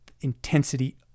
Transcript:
intensity